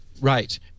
Right